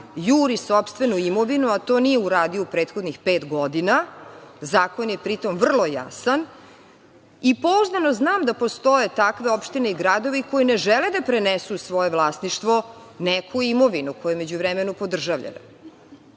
juri sopstvenu imovinu, a to nije uradio u prethodnih pet godina. Zakon je, pri tome, vrlo jasan. Pouzdano znam da postoje takve opštine i gradovi koji ne žele da prenesu svoje vlasništvo, neku imovinu koja je u međuvremenu podržavljena.